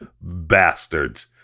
bastards